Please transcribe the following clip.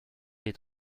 est